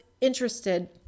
interested